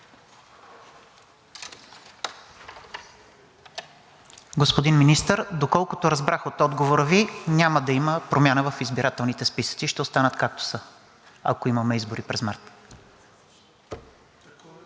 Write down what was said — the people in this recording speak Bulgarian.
Господин Министър, доколкото разбрах от отговора Ви, няма да има промяна в избирателните списъци и ще останат както са, ако имаме избори през март,